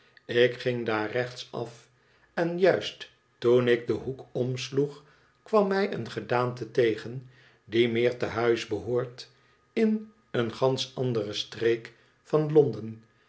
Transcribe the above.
ik ging daar rechtaf en juist toen ik den hoek omsloeg kwam mij een gedaante tegen die meer te huis behoort in een gansch andere streek van londen